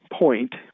point